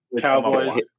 Cowboys